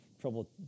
trouble